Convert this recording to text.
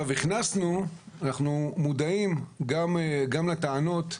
אנחנו מודעים לטענות,